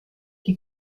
die